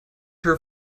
her